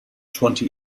twenty